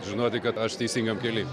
žinoti kad aš teisingam kely